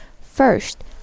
First